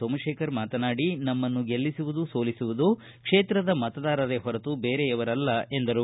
ಸೋಮಶೇಖರ್ ಮಾತನಾಡಿ ನಮ್ಮನ್ನು ಗೆಲ್ಲಿಸುವುದು ಸೋಲಿಸುವುದು ಕ್ಷೇತ್ರದ ಮತದಾರರೇ ಹೊರತು ಬೇರೆಯವರಲ್ಲ ಎಂದರು